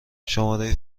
شماره